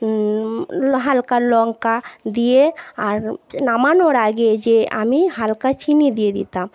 হালকা লঙ্কা দিয়ে আর নামানোর আগে যে আমি হালকা চিনি দিয়ে দিতাম